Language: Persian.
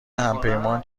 همپیمان